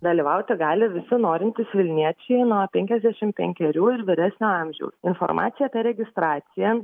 dalyvauti gali visi norintys vilniečiai nuo penkiasdešimt penkerių ir vyresnio amžiaus informacija apie registraciją